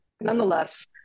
nonetheless